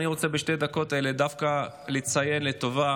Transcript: אני רוצה בשתי הדקות האלה דווקא לציין לטובה